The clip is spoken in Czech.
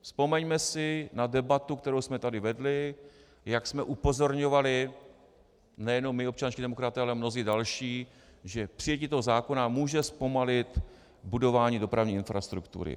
Vzpomeňme si na debatu, kterou jsme tady vedli, jak jsme upozorňovali nejenom my občanští demokraté, ale mnozí další, že přijetí toho zákona může zpomalit budování dopravní infrastruktury.